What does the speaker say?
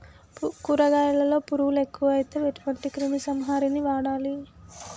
కూరగాయలలో పురుగులు ఎక్కువైతే ఎటువంటి క్రిమి సంహారిణి వాడాలి?